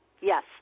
Yes